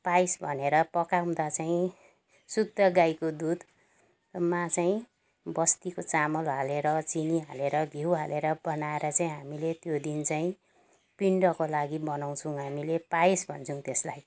price भनेर पकाउँदै चाहिँ शुद्ध गाईको दुधमा चाहिँ बस्तीको चामल हालेर चिनी हालेर घिउ हालेर बनाएर चाहिँ हामीले त्यो दिन चाहिँ पिण्डको लागि बनाउँछौँ हामीले पाइस भन्छौँ त्यसलाई